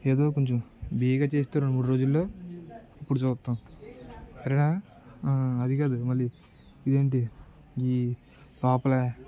ఏదో కొంచెం బేగా చేస్తే రెండు మూడు రోజుల్లో అప్పుడు చూస్తాం ఎనా అది కాదు మళ్ళీ ఇదేంటిే ఈ లోపల